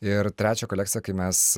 ir trečią kolekciją kai mes